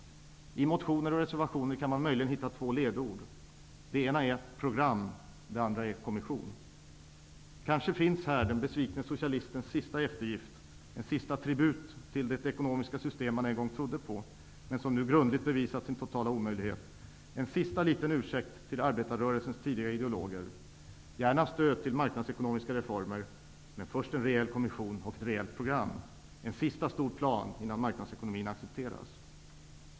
I motioner och reservationer kan man möjligen hitta två ledord; det ena är program, det andra är kommission. Kanske finns här den besvikne socialistens sista eftergift, en sista tribut till det ekonomiska system man en gång trodde på men som nu grundligt bevisat sin totala omöjlighet, en sista liten ursäkt till arbetarrörelsens tidiga ideologer: Gärna stöd till marknadsekonomiska reformer, men först en rejäl kommission och ett rejält program. En sista stor plan innan marknadsekonomin accepteras.